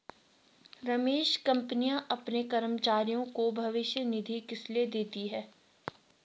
रमेश कंपनियां अपने कर्मचारियों को भविष्य निधि किसलिए देती हैं?